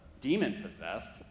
demon-possessed